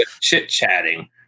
chit-chatting